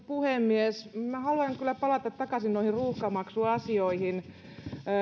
puhemies minä haluan kyllä palata takaisin noihin ruuhkamaksuasioihin